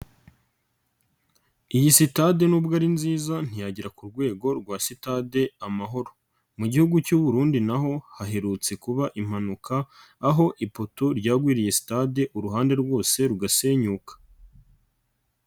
Iyi sitade nubwo ari nziza ntiyagera ku rwego rwa Sitade Amahoro, mu Gihugu cy'u Burundi na ho haherutse kuba impanuka aho ipoto ryagwiriye sitade uruhande rwose rugasenyuka.